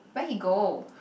where he go